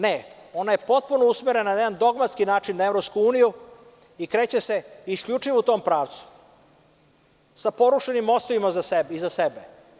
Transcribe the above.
Ne, ona je potpuno usmerena na jedan dogmatski način na EU i kreće se isključivo u tom pravcu, a porušenim mostovima iza sebe.